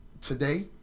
today